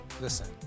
Listen